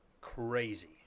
crazy